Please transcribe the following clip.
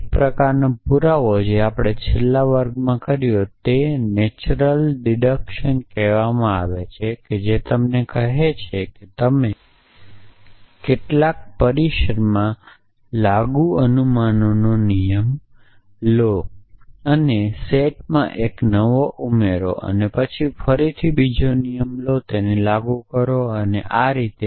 એક પ્રકારનો પુરાવો જે આપણે છેલ્લા વર્ગમાં કર્યું તેને કુદરતી કપાત કહેવામાં આવે છે જે કહે છે કે તમે કેટલાક પરિસરમાં લાગુ અનુમાનનો નિયમ લો અને સેટમાં એક નવો ઉમેરો અને પછી ફરીથી બીજો નિયમ લો અને તેને લાગુ કરો અને આ રીતે